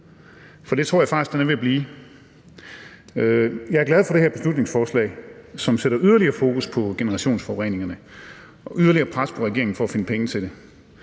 for det tror jeg faktisk at den er ved at blive. Jeg er glad for det her beslutningsforslag, som sætter yderligere fokus på generationsforureningerne og yderligere pres på regeringen til at finde penge til det.